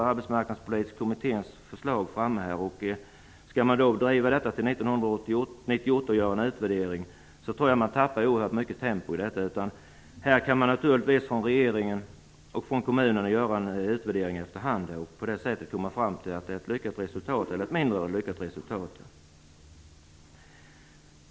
Arbetsmarknadspolitiska kommitténs förslag finns redan. Om man skall driva detta ända till 1998 innan man gör en utvärdering tror jag att man tappar mycket tempo. Man kan naturligtvis från regeringen och kommunerna göra en utvärdering efter hand. På det sättet kan man komma fram till att resultatet är lyckat eller mindre lyckat.